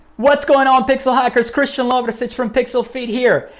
what's going on pixl hackers. christian lovrecich from pixelfeed here.